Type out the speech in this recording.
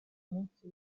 munsi